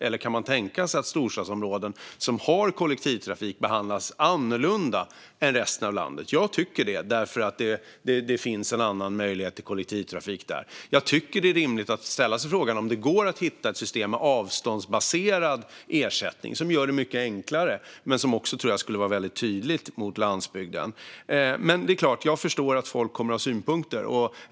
Eller kan man tänka sig att storstadsområden som har kollektivtrafik behandlas annorlunda än resten av landet? Jag tycker det, eftersom det finns en annan möjlighet till kollektivtrafik där. Det är rimligt att ställa sig frågan om det går att hitta ett system med avståndsbaserad ersättning som gör det mycket enklare. Jag tror också att det skulle vara väldigt tydligt mot landsbygden. Jag förstår att människor kommer att ha synpunkter.